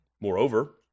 Moreover